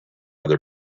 other